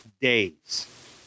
days